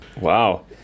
Wow